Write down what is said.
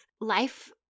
life